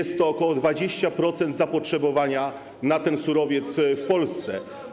Pokrywa to ok. 20% zapotrzebowania na ten surowiec w Polsce.